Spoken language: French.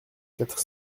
quatre